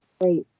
Great